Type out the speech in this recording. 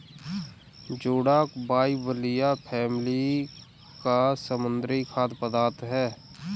जोडाक बाइबलिया फैमिली का समुद्री खाद्य पदार्थ है